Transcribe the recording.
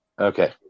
Okay